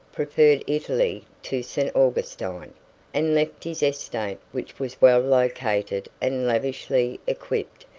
preferred italy to st. augustine, and left his estate, which was well located and lavishly equipped,